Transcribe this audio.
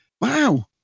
Wow